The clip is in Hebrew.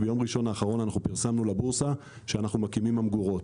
ביום ראשון האחרון אנחנו פרסמנו לבורסה שאנחנו מקימים ממגורות.